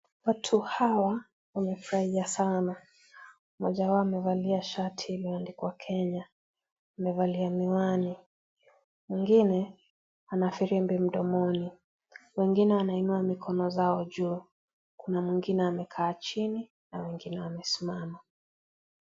Watu hawa wamefurahia sana. Moja wao amevalia shati iliyoandikwa Kenya, amevalia miwani. Mwingine, ana firimbi mdomoni. Wengine wanainua mikono zao juu. Kuna mwingine amekaa chini na wengine wamesimama.